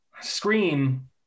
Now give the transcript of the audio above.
Scream